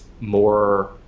more